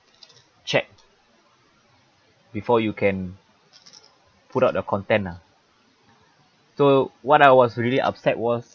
check before you can put out the content lah so what I was really upset was